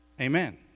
Amen